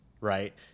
right